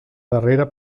darrera